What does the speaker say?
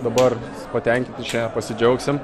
dabar patenkinti šiandien pasidžiaugsim